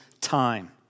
time